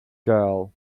girl